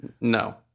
No